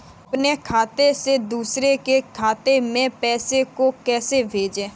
अपने खाते से दूसरे के खाते में पैसे को कैसे भेजे?